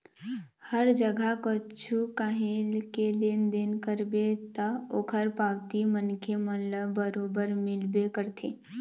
हर जगा कछु काही के लेन देन करबे ता ओखर पावती मनखे मन ल बरोबर मिलबे करथे